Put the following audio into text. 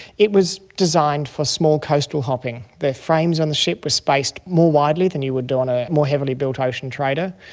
it was designed for small coastal hopping. the frames on the ship were spaced more widely than you would on a more heavily built ocean trader.